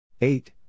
Eight